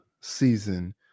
season